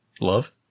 Love